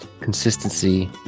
consistency